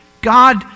God